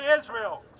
Israel